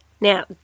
Now